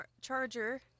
Charger